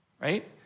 Right